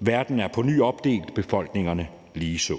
Verden er på ny opdelt, befolkningerne ligeså.